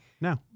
No